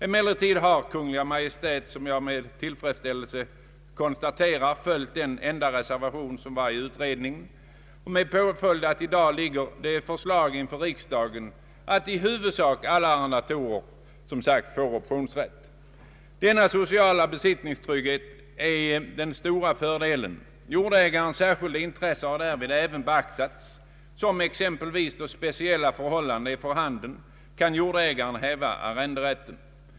Emellertid har Kungl. Maj:t, vilket jag med tillfredsställelse konstaterat, följt den enda reservationen i utredningen, med påföljd att det i dag ligger ett förslag på kammarens bord som går ut på att i huvudsak alla arrendatorer får optionsrätt. Denna sociala besittningstrygghet utgör en stor fördel. Jordägarens särskilda intressen har därvid även beaktats. Då exempelvis speciella förhållanden är för handen kan jordägare häva arrenderätten.